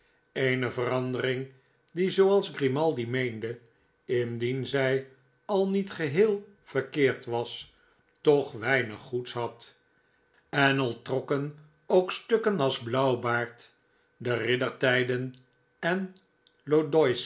eene verandering die zooals grimaldi meende indien zij al niet geheel verkeerd was toch weinig goeds had en al trokken ook stukken als blauwbaard de riddertijden en